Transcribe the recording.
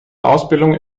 ausbildung